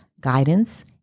Guidance